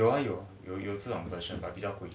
有 ah 有这样